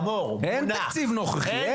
אין תקציב נוכחי.